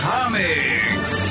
Comics